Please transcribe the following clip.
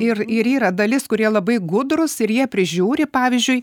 ir ir yra dalis kurie labai gudrūs ir jie prižiūri pavyzdžiui